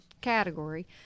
category